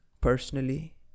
Personally